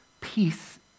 peace